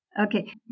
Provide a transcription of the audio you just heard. Okay